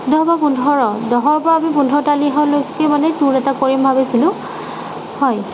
দহৰ বা পোন্ধৰ দহৰ পৰা আমি পোন্ধৰ তাৰিখলৈকে মানে টুৰ এটা কৰিম ভাবিছিলোঁ হয়